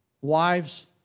Wives